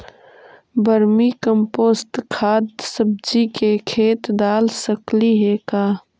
Vermi compost खाद सब्जी के खेत दाल सकली हे का?